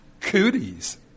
Cooties